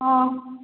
ହଁ